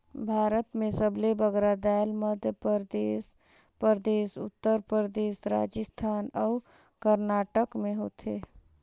भारत में सबले बगरा दाएल मध्यपरदेस परदेस, उत्तर परदेस, राजिस्थान अउ करनाटक में होथे